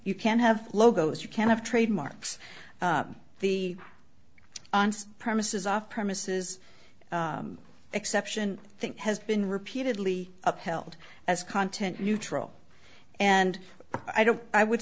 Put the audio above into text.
you can't have logos you can't have trademarks the premises off premises exception thing has been repeatedly upheld as content neutral and i don't i would